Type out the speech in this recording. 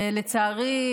לצערי,